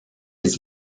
his